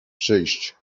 przyjść